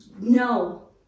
No